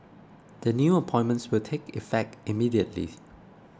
the new appointments will take effect immediately